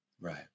Right